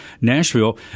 Nashville